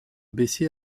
baissé